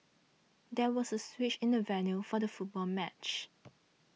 there was a switch in the venue for the football match